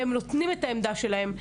נותנים את העמדה שלהם.